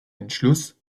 entschluss